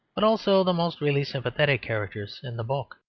but also the most really sympathetic characters in the book.